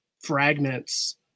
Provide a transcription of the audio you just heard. fragments